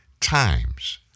times